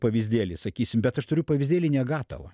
pavyzdėlį sakysim bet aš turiu pavyzdėlį negatavą